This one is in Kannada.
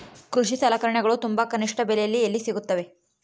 ಕೃಷಿ ಸಲಕರಣಿಗಳು ತುಂಬಾ ಕನಿಷ್ಠ ಬೆಲೆಯಲ್ಲಿ ಎಲ್ಲಿ ಸಿಗುತ್ತವೆ?